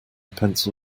pencil